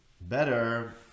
Better